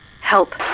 Help